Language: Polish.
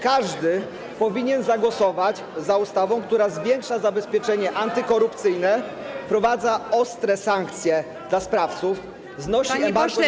Każdy powinien zagłosować za ustawą, która zwiększa zabezpieczenie antykorupcyjne, wprowadza ostre sankcje dla sprawców, znosi embargo informacyjne.